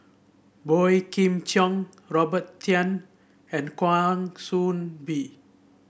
Boey Kim Cheng Robert Tan and Kwa Soon Bee